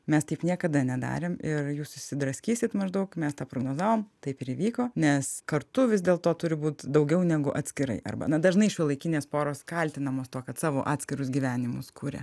mes taip niekada nedarėm ir jūs susidraskysit maždaug mes tą prognozavom taip ir įvyko nes kartu vis dėl to turi būt daugiau negu atskirai arba na dažnai šiuolaikinės poros kaltinamos tuo kad savo atskirus gyvenimus kuria